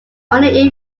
only